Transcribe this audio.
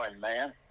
man